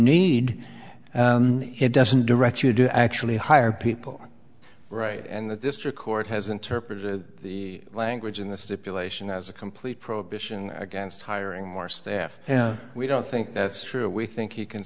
need it doesn't direct you to actually hire people right and the district court has interpreted the language in the stipulation as a complete prohibition against hiring more staff we don't think that's true we think you can